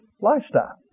lifestyle